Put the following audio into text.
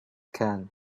can